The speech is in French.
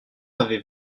avez